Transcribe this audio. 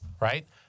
Right